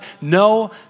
no